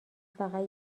فقط